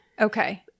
Okay